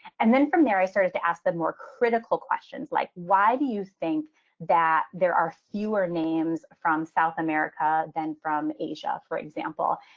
and then from there, i started to ask them more critical questions like why do you think that there are fewer names from south america than from asia, for example?